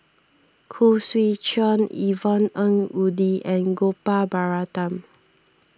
Khoo Swee Chiow Yvonne Ng Uhde and Gopal Baratham